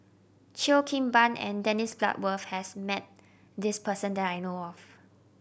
Cheo Kim Ban and Dennis Bloodworth has met this person that I know of